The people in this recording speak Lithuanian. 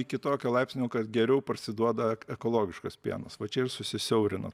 iki tokio laipsnio kad geriau parsiduoda ekologiškas pienas va čia ir susisiaurino